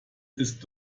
ist